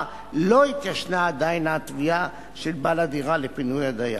לא התיישנה עדיין התביעה של בעל הדירה לפינוי הדייר.